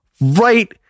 right